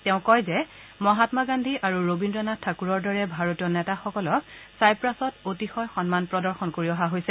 তেওঁ কয় যে মহামা গান্ধী আৰু ৰৰীদ্ৰ নাথ থাকুৰৰ দৰে ভাৰতীয় নেতাসকলক ছাইপ্ৰাছত অতিশয় সন্মান প্ৰদৰ্শন কৰি অহা হৈছে